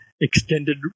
extended